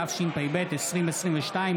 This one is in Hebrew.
התשפ"ב 2022,